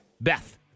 Beth